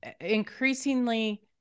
increasingly